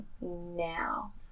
now